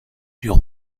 dur